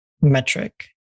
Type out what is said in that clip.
metric